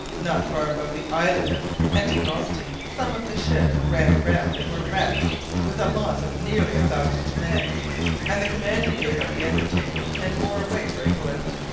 not far above the island of anticosti some of the ships ran aground and were wrecked with a loss of nearly a thousand men and the commander gave up the undertaking and bore away for england.